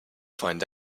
find